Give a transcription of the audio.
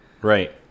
Right